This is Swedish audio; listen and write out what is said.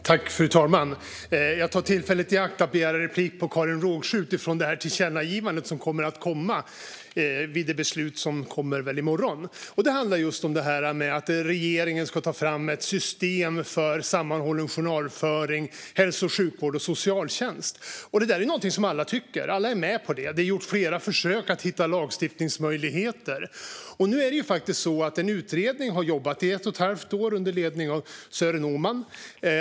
Fru talman! Jag tar tillfället i akt att begära replik på Karin Rågsjö utifrån tillkännagivandet som föreslås komma vid det beslut som kommer i morgon. Det handlar om det här att regeringen ska ta fram ett system för sammanhållen journalföring i hälso och sjukvård och socialtjänst. Det här är något som alla tycker. Alla är med på det. Det har gjorts flera försök att hitta lagstiftningsmöjligheter, och nu är det faktiskt så att en utredning har jobbat i ett och ett halvt år under ledning av Sören Öman.